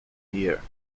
year